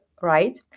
right